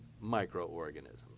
microorganisms